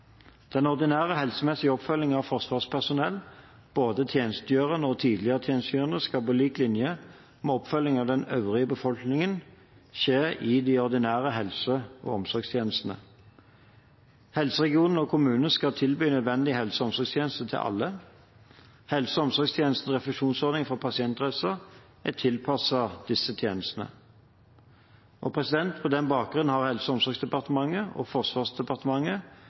Den ordinære helsemessige oppfølging av forsvarspersonell, både tjenestegjørende og tidligere tjenestegjørende, skal på lik linje med oppfølging av den øvrige befolkningen skje i de ordinære helse- og omsorgstjenestene. Helseregionene og kommunene skal tilby nødvendige helse- og omsorgstjenester til alle. Helse- og omsorgstjenestenes refusjonsordninger for pasientreiser er tilpasset disse tjenestene. På denne bakgrunn har Helse- og omsorgsdepartementet og Forsvarsdepartementet